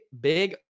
big